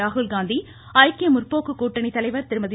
ராகுல் காந்தி ஐக்கிய முற்போக்கு கூட்டணி தலைவர் திருமதி